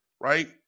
right